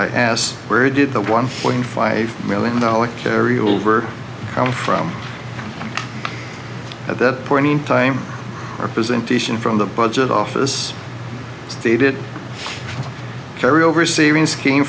i asked where did the one point five million dollars carry over come from at that point in time or presenting from the budget office stated carry over savings came